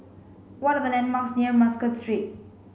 what are the landmarks near Muscat Street